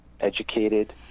educated